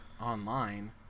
online